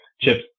chips